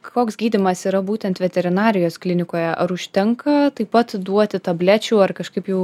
koks gydymas yra būtent veterinarijos klinikoje ar užtenka taip pat duoti tablečių ar kažkaip jau